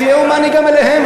תהיה הומני גם אליהם,